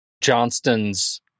Johnston's